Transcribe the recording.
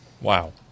wow